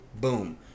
Boom